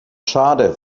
schade